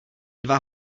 dva